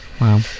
Wow